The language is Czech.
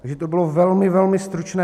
Takže to bylo velmi, velmi stručné.